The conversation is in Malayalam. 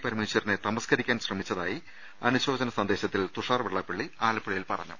പരമേശ്വരനെ തമസ്കരിക്കാൻ ശ്രമിച്ചതായി അനുശോചന സന്ദേശത്തിൽ തുഷാർ വെള്ളാപ്പള്ളി ആലപ്പുഴയിൽ പറഞ്ഞു